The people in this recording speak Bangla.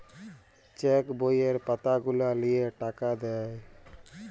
চেক বইয়ের পাতা গুলা লিয়ে টাকা দেয়